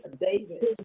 David